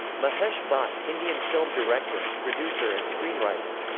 mahesh bhatt, indian film director, producer and screenwriter.